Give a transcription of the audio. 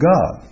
God